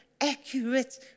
accurate